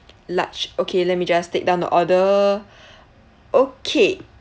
large okay let me just take down the order okay